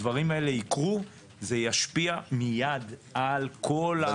הדברים האלה יקרו, זה ישפיע מיד על כל התכנון.